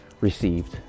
received